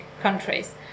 countries